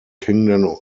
kingdom